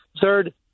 Third